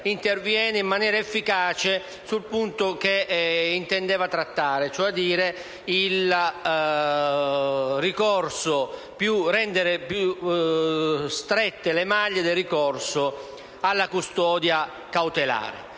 interviene in maniera efficace sul punto che intendeva trattare, rendendo più strette le maglie del ricorso alla custodia cautelare.